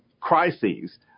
crises